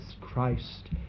Christ